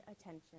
attention